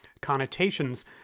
connotations